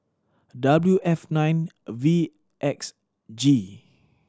W F nine V X G